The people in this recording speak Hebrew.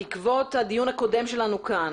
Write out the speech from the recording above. בעקבות הדיון הקודם שלנו כאן,